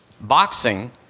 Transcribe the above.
boxing